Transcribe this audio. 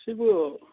ꯁꯤꯕꯨ